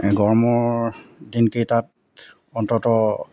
গৰমৰ দিনকেইটাত অন্তত